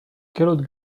calotte